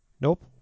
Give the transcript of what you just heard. Nope